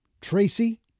Tracy